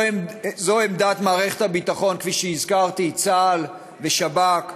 זו עמדת מערכת הביטחון, כפי שהזכרתי, צה"ל ושב"כ.